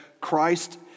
Christ